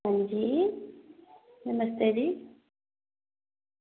अंजी नमस्ते जी